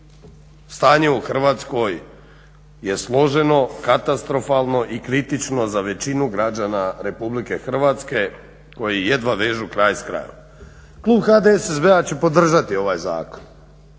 stanje u Hrvatskoj je složeno, katastrofalno i kritično za većinu građane Republike Hrvatske koji jedva vežu kraj s krajem. Klub HDSSB-a će podržati ovaj zakon